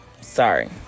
Sorry